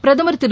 பிரதமர் திரு